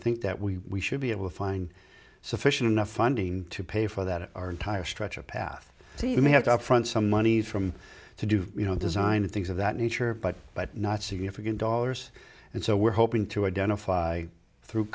think that we should be able to find sufficient enough funding to pay for that our entire stretch of path so you may have to up front some money from to do you know design and things of that nature but by not significant dollars and so we're hoping to identify through